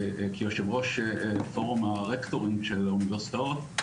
וכיושב-ראש פורום הרקטורים של האוניברסיטאות,